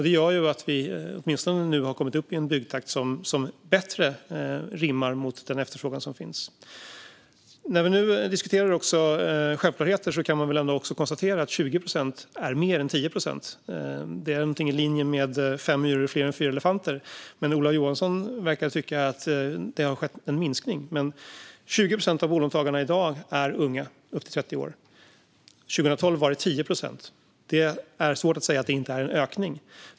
Det gör att vi nu har kommit upp i en byggtakt som åtminstone rimmar bättre med den efterfrågan som finns. När vi nu diskuterar självklarheter kan man också konstatera att 20 procent är mer än 10 procent. Det är någonting i linje med Fem myror är fler än fyra elefanter . Ola Johansson verkar tycka att det har skett en minskning. Men 20 procent av bolånetagarna i dag är unga, upp till 30 år. År 2012 var den siffran 10 procent. Det är svårt att säga att det inte är en ökning.